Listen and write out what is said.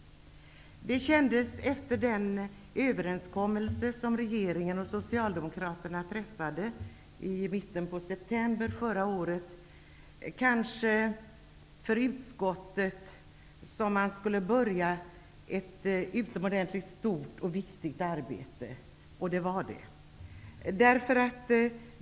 Efter den överenskommelse som regeringen och Socialdemokraterna träffade i mitten september förra året, kändes det för utskottet som om man skulle börja ett utomordentligt stort och viktigt arbete -- och det var det.